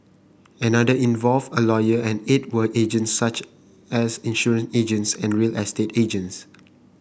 another involved a lawyer and eight were agents such as insurance agents and real estate agents